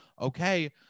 okay